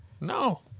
No